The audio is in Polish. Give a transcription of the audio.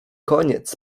koniec